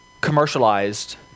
commercialized